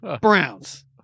Browns